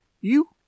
You—